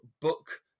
book